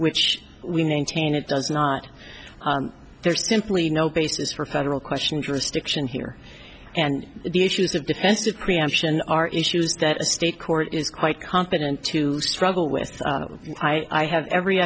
which we maintain it does not there's simply no basis for federal question jurisdiction here and the issues of defensive preemption are issues that a state court is quite competent to struggle with i have every